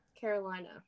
Carolina